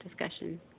discussion